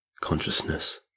consciousness